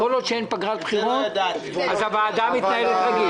כל עוד אין פגרת בחירות, הוועדה מתנהלת רגיל.